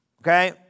Okay